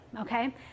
Okay